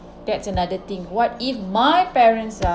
that's another thing what if my parents are